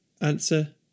Answer